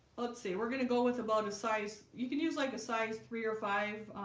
let's see, we're gonna go with about a size you can use like a size three or five